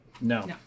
No